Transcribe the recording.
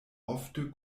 ofte